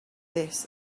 this